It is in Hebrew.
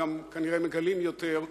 כנראה מגלים יותר,